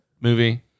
movie